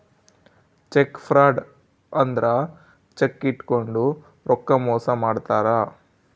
check fraud ಅಂದ್ರ cheque ಇಟ್ಕೊಂಡು ರೊಕ್ಕ ಮೋಸ ಮಾಡ್ತಾರ